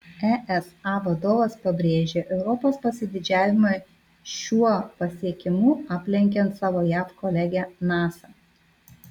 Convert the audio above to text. esa vadovas pabrėžė europos pasididžiavimą šiuo pasiekimu aplenkiant savo jav kolegę nasa